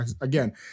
again